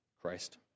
Christ